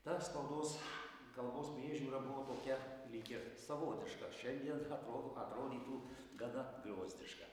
ta spaudos kalbos priežiūra buvo tokia lyg ir savotiška šiandien atrodo atrodytų gana griozdiška